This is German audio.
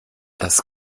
das